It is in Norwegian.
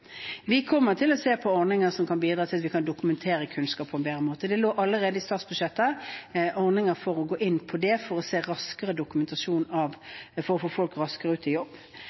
Vi kommer til å se på ordninger som kan bidra til at vi kan dokumentere kunnskap på en bedre måte. Det lå allerede i statsbudsjettet ordninger for å gå inn på det for å få folk raskere ut i jobb. Spørsmålet om å